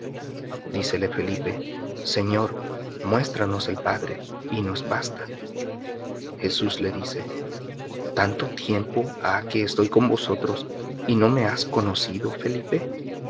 dícele felipe señor muéstranos el padre y nos basta jesús le dice tanto tiempo ha que estoy con vosotros y no me has conocido felipe